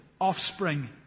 offspring